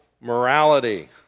morality